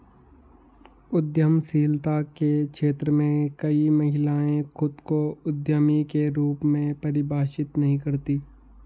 उद्यमशीलता के क्षेत्र में कई महिलाएं खुद को उद्यमी के रूप में परिभाषित नहीं करती